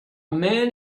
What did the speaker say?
man